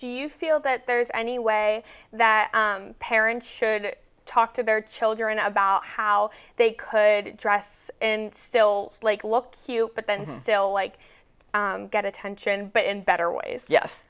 do you feel that there's any way that parents should talk to their children about how they could dress and still looked cute but then still like get attention but in better ways yes